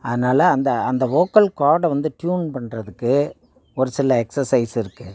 அதனால் அந்த அந்த வோக்கல் கார்டை வந்து ட்யூன் பண்ணுறதுக்கு ஒரு சில எக்ஸசைஸ் இருக்குது